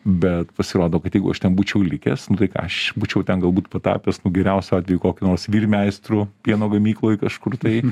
bet pasirodo kad jeigu aš ten būčiau likęs nu tai ką aš būčiau ten galbūt patapęs geriausiu atveju kokiu nors vyr meistru pieno gamykloj kažkur tai